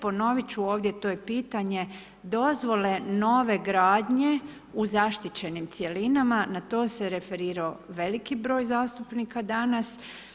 Ponoviti ću ovdje to je pitanje dozvole nove gradnje u zaštićenim cjelinama, na to se referirao veliki broj zastupnika danas.